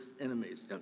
enemies